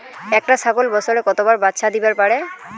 একটা ছাগল বছরে কতবার বাচ্চা দিবার পারে?